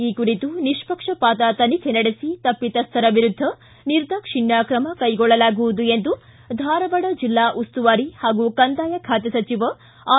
ಈ ಕುರಿತು ನಿಷ್ಷಕ್ಷಪಾತ ತನಿಖೆ ನಡೆಸಿ ತಪ್ಪಿತಸ್ಥರ ವಿರುದ್ಧ ನಿರ್ಧಾಕ್ಷಣ್ಯ ಕ್ರಮ ಕೈಗೊಳ್ಳಲಾಗುವುದು ಎಂದು ಧಾರವಾಡ ಜಿಲ್ಲಾ ಉಸ್ತುವಾರಿ ಹಾಗೂ ಕಂದಾಯ ಖಾತೆ ಸಚಿವ ಆರ್